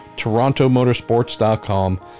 torontomotorsports.com